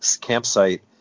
campsite